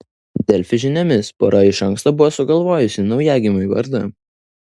delfi žiniomis pora iš anksto buvo sugalvojusi naujagimiui vardą